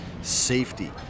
Safety